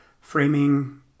Framing